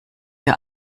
wir